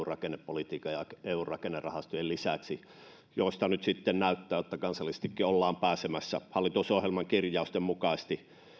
rakennepolitiikan ja eun rakennerahastojen lisäksi nyt sitten näyttää että näistä ollaan kansallisestikin pääsemässä hallitusohjelman kirjausten mukaisesti